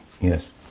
Yes